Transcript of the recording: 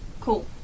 Cool